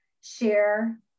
share